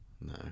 no